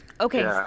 Okay